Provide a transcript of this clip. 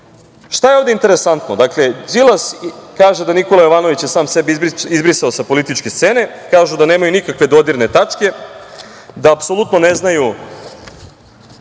je ovde interesantno? Dakle, Đilas kaže da je Nikola Jovanović sam sebe izbrisao sa političke scene, kaže da nemaju nikakve dodirne tačke, da apsolutno ne znaju